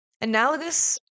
Analogous